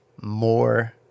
more